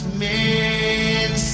men